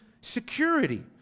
Security